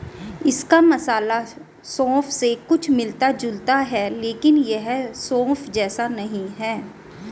इसका मसाला सौंफ से कुछ मिलता जुलता है लेकिन यह सौंफ जैसा नहीं है